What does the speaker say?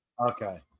Okay